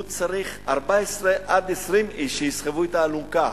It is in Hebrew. הוא צריך 14 עד 20 איש שיסחבו את האלונקה.